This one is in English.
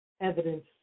evidence